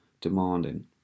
demanding